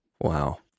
Wow